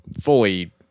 fully